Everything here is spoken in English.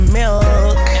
milk